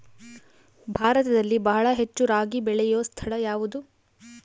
ಭಾರತದಲ್ಲಿ ಬಹಳ ಹೆಚ್ಚು ರಾಗಿ ಬೆಳೆಯೋ ಸ್ಥಳ ಯಾವುದು?